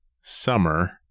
summer